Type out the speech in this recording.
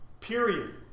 Period